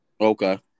Okay